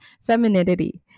femininity